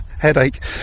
headache